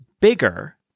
bigger